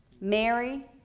Mary